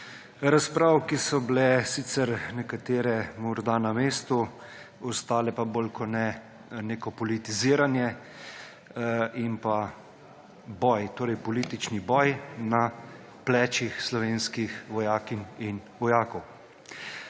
razprav, ki so bile sicer nekatere morda na mestu, ostale pa bolj kot ne neko politiziranje in politični boj na plečih slovenskih vojakinj in vojakov.